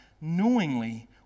knowingly